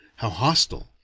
how hostile,